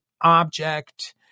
object